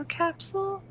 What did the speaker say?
capsule